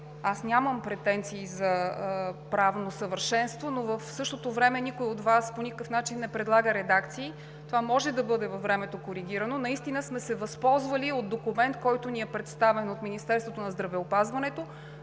Аз нямам претенции за правно съвършенство, но в същото време никой от Вас по никакъв начин не предлага редакции. Това може да бъде коригирано във времето. Наистина сме се възползвали от документ, който ни е представен от Министерството на здравеопазването,